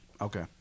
Okay